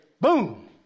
boom